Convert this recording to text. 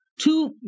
two